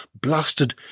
blasted